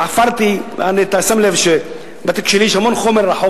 השר שלדעתי היה צריך להיות הראשון והחלוץ לתמוך